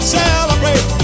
celebrate